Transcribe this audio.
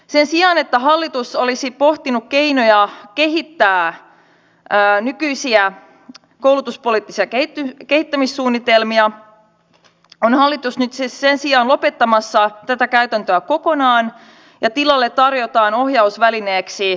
sen sijaan että hallitus olisi pohtinut keinoja kehittää nykyisiä koulutuspoliittisia kehittämissuunnitelmia on hallitus nyt siis sen sijaan lopettamassa tätä käytäntöä kokonaan ja tarjoaa tilalle ohjausvälineeksi hallitusohjelmaa